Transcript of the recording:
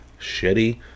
shitty